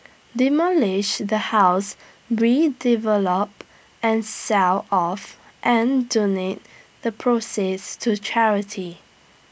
demolish the house redevelop and sell off and donate the proceeds to charity